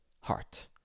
heart